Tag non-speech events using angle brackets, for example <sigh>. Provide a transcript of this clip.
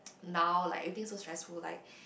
<noise> now like everything so stressful like